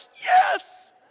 yes